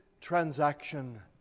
transaction